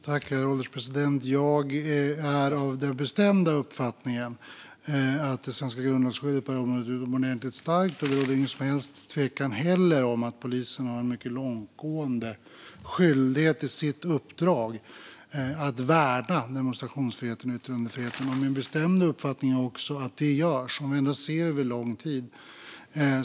Herr ålderspresident! Jag är av den bestämda uppfattningen att det svenska grundlagsskyddet på området är utomordentligt starkt. Det råder heller ingen som helst tvekan om att polisen har en mycket långtgående skyldighet i sitt uppdrag att värna demonstrationsfriheten och yttrandefriheten. Min bestämda uppfattning är att detta också görs, även sett under längre tid.